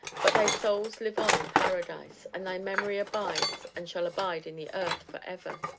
but thy souls live on in paradise, and thy memory abides, and shall abide in the earth, forever.